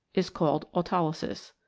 is called aulolysis.